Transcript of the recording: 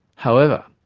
however,